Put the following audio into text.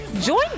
join